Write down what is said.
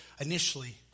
initially